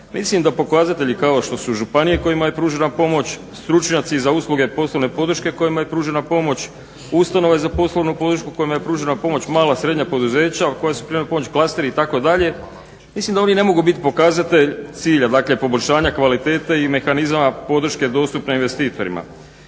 Mislim da pokazatelji kao što su županije kojima je pružena pomoć, stručnjaci za usluge posebne podrške kojima je pružena pomoć, ustanove za poslovnu podršku kojima je pružena pomoć, mala i srednja poduzeća koja su primila pomoć, klasteri itd. mislim da oni ne mogu bit pokazatelj cilja, dakle poboljšanja kvalitete i mehanizama podrške dostupne investitorima.